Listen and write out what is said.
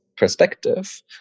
perspective